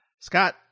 Scott